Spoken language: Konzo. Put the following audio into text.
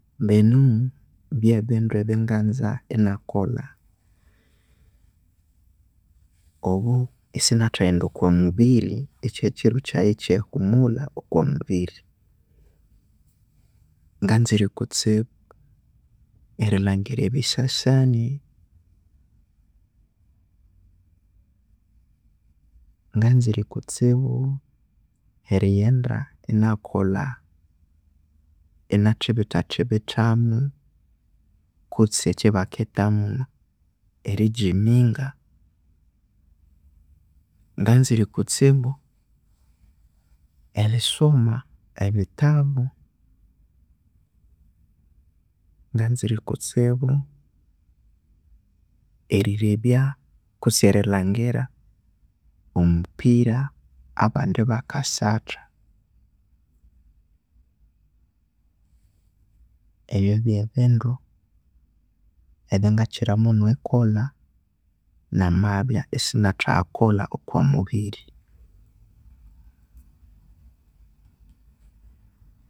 Binu byebindu ebyanganza ingakolha obo isingathaghenda okwa mubiri ekye kiro kyaghe ekyirihumulha okwa mubiri nganzire kutsibu erilhangira ebisasani, nganzire kutsibu erighenda inakolha, inathibithathibithamu, kutse ekyabakethamu eri gyminga nganzire kutsibu erisoma ebitabu, nganzire kutsibu erilhebya kutse erilhangira omupira abandu kubakasatha ebyo bye bindu ebyangakiramunu erikolha namabya isangathayakolha okwa mubiri.